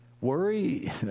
Worry